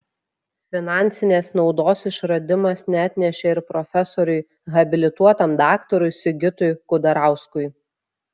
finansinės naudos išradimas neatnešė ir profesoriui habilituotam daktarui sigitui kudarauskui